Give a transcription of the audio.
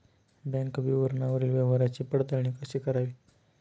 Bank विवरणावरील व्यवहाराची पडताळणी कशी करावी?